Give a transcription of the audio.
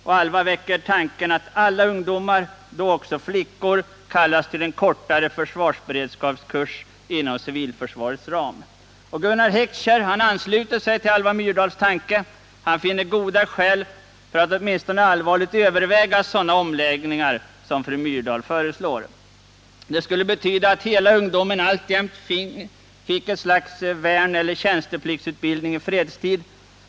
Alva Myrdal väcker tanken att alla ungdomar, också flickor, kallas till en kortare försvarsberedskapskurs inom civilförsvarets ram. Gunnar Heckscher ansluter sig till Alva Myrdals tanke. Han finner goda skäl för att åtminstone allvarligt överväga sådana omläggningar som fru Myrdal föreslår. Det skulle betyda att alla ungdomar alltjämt fick något slags värneller tjänstepliktsutbildning i fredstid.